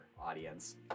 audience